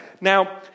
Now